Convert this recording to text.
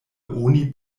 oni